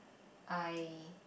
I